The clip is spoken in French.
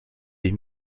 des